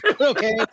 okay